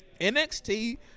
NXT